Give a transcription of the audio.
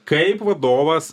kaip vadovas